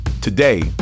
Today